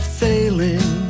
failing